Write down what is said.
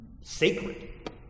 sacred